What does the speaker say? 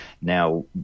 Now